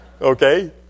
okay